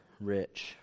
rich